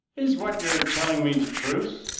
is what you are telling me the truth?